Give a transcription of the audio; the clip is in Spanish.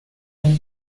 los